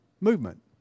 movement